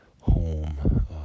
home